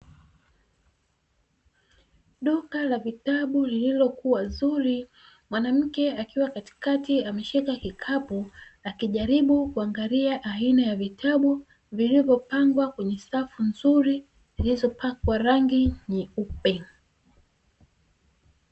Duka la vitabu lililokuwa zuri, mwanamke akiwa katikati ameshika kikapu, akijaribu kuangalia aina ya vitabu vilivyopangwa kwenye safu nzuri zilizopakwa rangi nyeupe.